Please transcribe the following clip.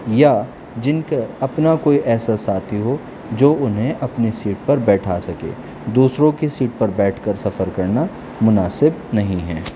یا جن کا اپنا کوئی ایسا ساتھی ہو جو انہیں اپنی سیٹ پر بیٹھا سکے دوسروں کی سیٹ پر بیٹھ کر سفر کرنا مناسب نہیں ہے